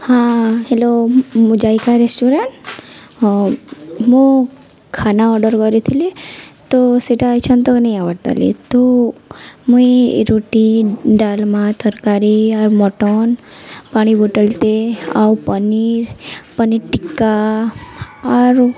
ହଁ ହେଲୋ ମୋଯାଇିକା ରେଷ୍ଟୁରାଣ୍ଟ୍ ହଁ ମୁଁ ଖାନା ଅର୍ଡ଼ର୍ କରିଥିଲି ତ ସେଟା ଏଛନ୍ ତକ୍ ନେଇ ଆଏବାର୍ତାଲି ତ ମୁଇଁ ରୁଟି ଡାଲ୍ମା ତର୍କାରୀ ଆର୍ ମଟନ୍ ପାଣି ବୋଟଲ୍ଟେ ଆଉ ପନିର୍ ପନିର୍ ଟିକ୍କା ଆରୁ